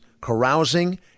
carousing